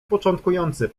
początkujący